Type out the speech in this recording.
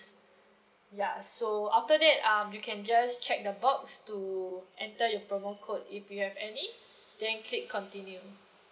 ya so after that um you can just check the box to enter your promo code if you have any then click continue